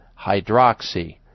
hydroxy